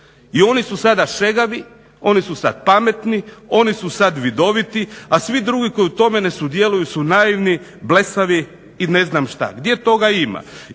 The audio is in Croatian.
I oni su sada šegavi, oni su sad pametni, oni su sad vidoviti, a svi drugi koji u tome ne sudjeluju su naivni, blesavi i ne znam šta. Gdje toga ima?